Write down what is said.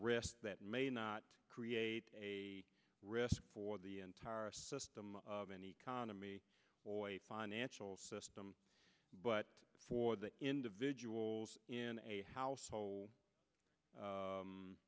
risks that may not create a risk for the entire system of an economy or financial system but for the individuals in a house